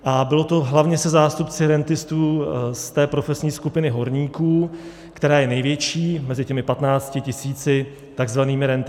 A bylo to hlavně se zástupci rentistů z té profesní skupiny horníků, která je největší mezi těmi 15 tisíci takzvanými rentisty.